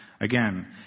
again